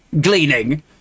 gleaning